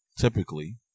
typically